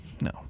No